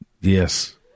Yes